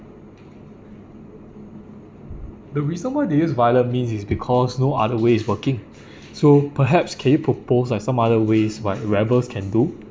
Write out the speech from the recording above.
the reason why they use violent means is because no other way is working so perhaps can you propose like some other ways that rebels can do